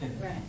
right